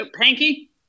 Panky